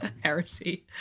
Heresy